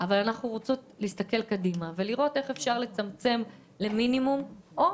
אבל אנחנו רוצות להסתכל קדימה ולראות איך אפשר לצמצם למינימום או